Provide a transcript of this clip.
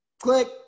Click